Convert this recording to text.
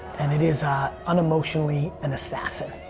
and it is unemotionally an assassin.